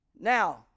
Now